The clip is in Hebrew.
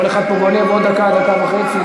כל אחד פה גונב עוד דקה, דקה וחצי.